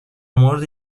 مورد